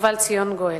ובא לציון גואל.